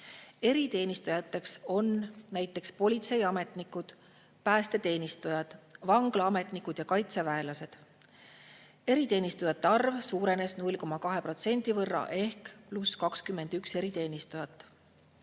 Eriteenistujad on näiteks politseiametnikud, päästeteenistujad, vanglaametnikud ja kaitseväelased. Eriteenistujate arv suurenes 0,2% võrra ehk lisandus 21 eriteenistujat.